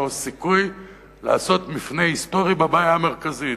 סיכוי לעשות מפנה היסטורי בבעיה המרכזית.